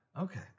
Okay